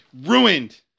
Ruined